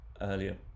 earlier